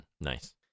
Nice